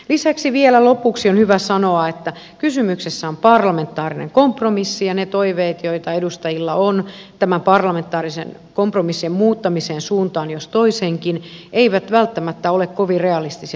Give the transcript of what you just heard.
lisäksi vielä lopuksi on hyvä sanoa että kysymyksessä on parlamentaarinen kompromissi ja ne toiveet joita edustajilla on tämän parlamentaarisen kompromissin muuttamisesta suuntaan jos toiseenkin eivät välttämättä ole kovin realistisia